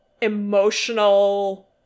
emotional